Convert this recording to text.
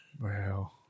Wow